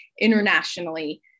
internationally